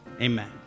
amen